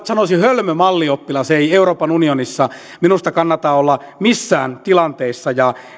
sanoisin hölmö mallioppilas ei euroopan unionissa minusta kannata olla missään tilanteissa